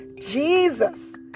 Jesus